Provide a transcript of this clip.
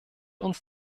uns